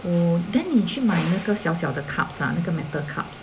oh then 你去买那个小小的 cups ah 那个 metal cups